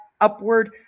upward